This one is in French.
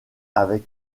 avec